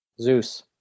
Zeus